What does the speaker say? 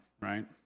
right